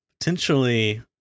potentially